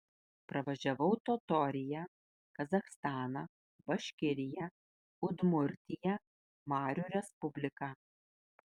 pravažiavau totoriją kazachstaną baškiriją udmurtiją marių respubliką